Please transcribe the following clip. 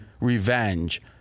revenge